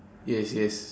yes yes